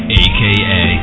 aka